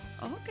okay